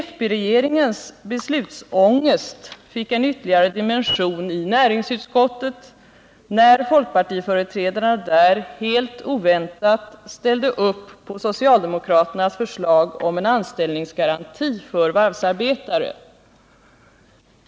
Fp-regeringens beslutsångest fick en ytterligare dimension i näringsutskottet när folkpartiföreträdarna där helt oväntat ställde sig bakom socialdemokraternas förslag om en anställningsgaranti för varvsarbetare.